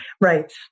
Right